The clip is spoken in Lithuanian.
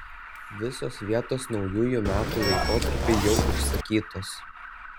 visos vietos naujųjų metų laikotarpiui jau užsakytos